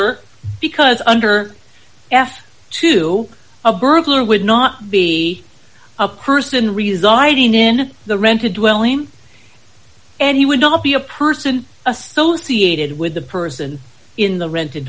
her because under f two a burglar would not be a person residing in the rented dwelling and he would not be a person associated with the person in the rented